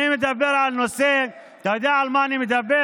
אני מדבר על נושא, אתה יודע על מה אני מדבר?